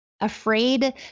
afraid